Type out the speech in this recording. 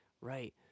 Right